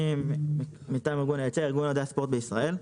אני מטעם ארגון אוהדי הספורט בישראל.